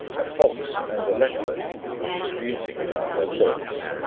a fox and a leopard were disputing about their looks,